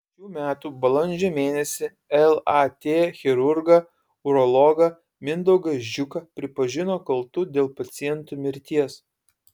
šių metų balandžio mėnesį lat chirurgą urologą mindaugą žiuką pripažino kaltu dėl paciento mirties